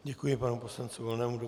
Děkuji panu poslanci Volnému.